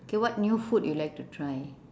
okay what new food you like to try